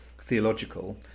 theological